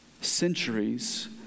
centuries